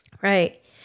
Right